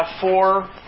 four